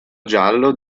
giallo